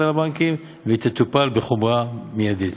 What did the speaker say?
על הבנקים והיא תטופל בחומרה מיידית.